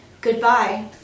goodbye